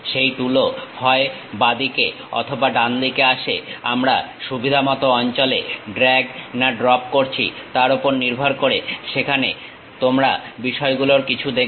সেই টুলও হয় বাঁদিকে অথবা ডান দিকে আসে আমরা সুবিধা মতো অঞ্চলে ড্রাগ না ড্রপ করছি তার ওপর নির্ভর করে যেখানে তোমরা বিষয়গুলোর কিছু দেখবে